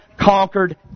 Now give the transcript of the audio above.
conquered